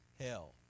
hell